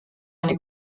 eine